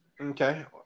Okay